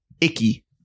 icky